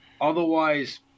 Otherwise